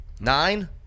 Nine